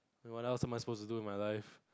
and what else and I supposed to do with my life